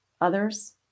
Others